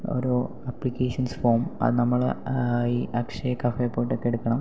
ഓരോ applications form അത് നമ്മൾ ഈ അക്ഷയ കഫേ പോയിട്ടൊക്കെ എടുക്കണം